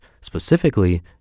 specifically